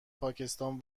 پاکستان